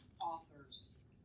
authors